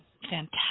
fantastic